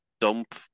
dump